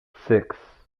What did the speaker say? six